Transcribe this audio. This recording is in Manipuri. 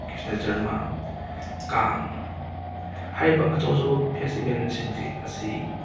ꯀ꯭ꯔꯤꯁꯅ ꯖꯔꯃ ꯀꯥꯡ ꯍꯥꯏꯔꯤꯕ ꯑꯆꯧ ꯑꯆꯧꯕ ꯐꯦꯁꯇꯤꯚꯦꯜꯁꯤꯡ ꯑꯁꯤ